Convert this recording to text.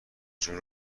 جون